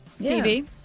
TV